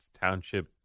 township